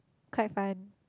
quite fun